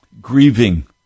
grieving